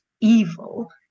evil